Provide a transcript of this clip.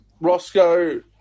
Roscoe